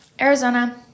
Arizona